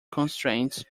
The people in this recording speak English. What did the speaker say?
constraints